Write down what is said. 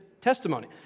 testimony